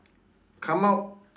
come out